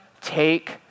take